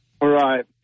Right